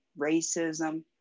racism